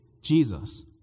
Jesus